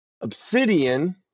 Obsidian